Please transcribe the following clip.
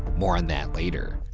more on that later.